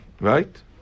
right